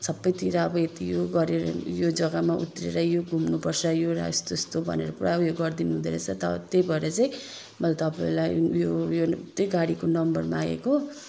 सबतिर अब यति यो गरेरन् यो जगामा उत्रेर यो घुम्नु पर्छ यो र यस्तो यस्तो भनेर पुरा उयो गरिदिनु हुँदो रहेछ त त्यही भएर चाहिँ मैले तपाईँलाई उयो उयो त्यही गाडीको नम्बर मागेको